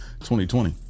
2020